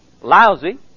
lousy